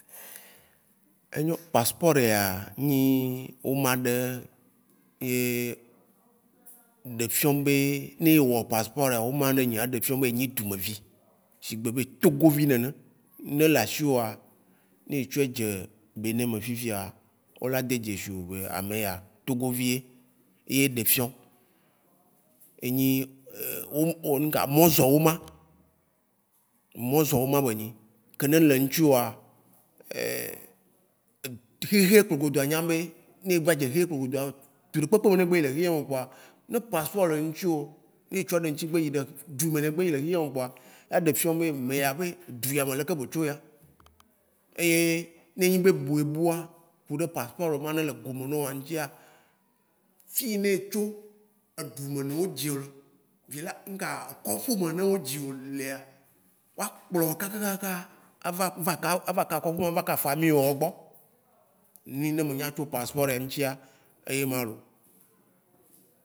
Enyo paspora enyi woma ɖe ye ɖefiõ be, ne ewɔ paspɔra, woma yine enyia, E ɖe fiɔ̃ be enyi dzumevi, shigbe be togovi nene. Ne ele ashiwoa, ne etsɔɛ dze Benin me fifia, o la de dzesi wo be, ameya, togovi ye. Eye ɖe ƒiɔ̃. enyi mɔzɔ̃woma. Mɔzɔ̃woma be nyi ke ne ele ŋtsiwoa, ehi he kpobgo ɖzua niabe ne gble dje nuye kpobgo ɖzua ɖzu ɖekpekpe me ne egbe yi le xixea mea kpoa ne paspor le ŋtsiwo, ne etsɔ ɖe ŋtsi gbe yiɖe ɖzu yimɛ ne gbe yi le xixea me kpoa, a ɖefiɔ̃ be ame ya, be ɖzu ya me leke be tso eya. Eye ne nyi be bu ebua, kuɖe paspor ma yi ne le gome nawo ŋtsia, fiyi ne etso, edzu yimɛ ne o ɖzio le, vila nuka kɔƒe yime yine o dzio lea, woa kplɔ wo kakakaka ava ava kɔƒewo ava ƒamiywo wogbɔ. Enu yi y ne me nya tso paspor ŋtsia eye ma loo.